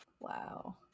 Wow